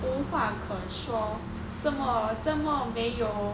无话可说这么这么没有没有